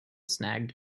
snagged